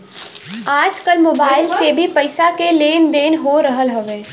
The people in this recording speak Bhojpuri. आजकल मोबाइल से भी पईसा के लेन देन हो रहल हवे